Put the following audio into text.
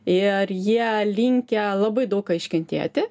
ir jie linkę labai daug ką iškentėti